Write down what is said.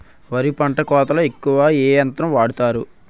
వరి పంట కోతలొ ఎక్కువ ఏ యంత్రం వాడతారు?